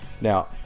Now